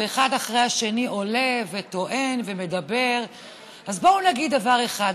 ואחד אחרי השני עולים וטוענים ומדברים אז בואו נגיד דבר אחד,